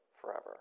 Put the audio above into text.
forever